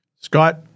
Scott